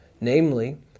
namely